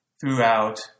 throughout